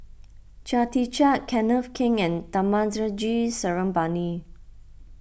Chia Tee Chiak Kenneth Keng and Thamizhavel G Sarangapani